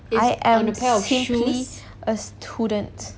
I am simply a student